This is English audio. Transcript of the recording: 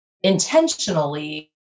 intentionally